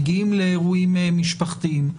מגיעים לאירועים משפחתיים.